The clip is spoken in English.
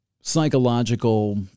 psychological